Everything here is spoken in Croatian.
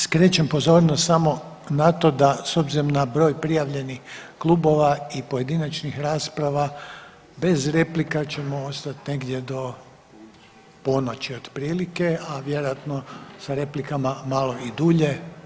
Ovaj, skrećem pozornost samo na to da s obzirom na broj prijavljenih klubova i pojedinačnih rasprava bez replika ćemo ostati negdje do ponoći otprilike, a vjerojatno sa replikama, malo i dulje.